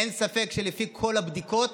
אין ספק שלפי כל הבדיקות,